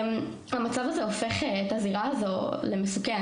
המצב הזה הופך את הזירה הזאת למסוכנת,